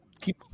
keep